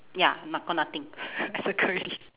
ya no~ got nothing I circle already